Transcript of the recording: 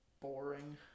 boring